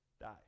die